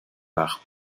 par